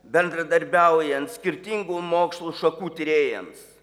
bendradarbiaujant skirtingų mokslų šakų tyrėjams